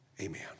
Amen